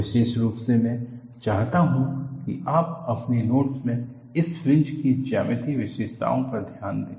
विशेष रूप से मैं चाहता हूं कि आप अपने नोट में इन फ्रिंज की ज्यामितीय विशेषताओं पर ध्यान दें